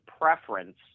preference